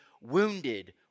wounded